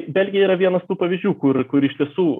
belgija yra vienas tų pavyzdžių kur kur iš tiesų